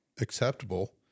acceptable